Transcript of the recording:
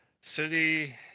city